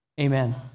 Amen